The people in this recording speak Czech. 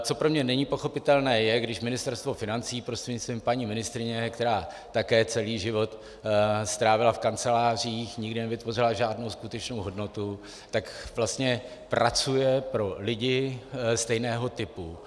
Co pro mě není pochopitelné, je, když Ministerstvo financí prostřednictvím paní ministryně, která také celý život strávila v kancelářích, nikdy nevytvořila žádnou skutečnou hodnotu, tak vlastně pracuje pro lidi stejného typu.